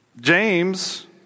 James